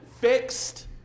fixed